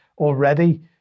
already